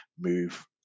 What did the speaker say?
move